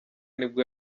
nibwo